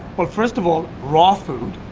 well, first of all, raw food.